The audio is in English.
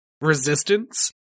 resistance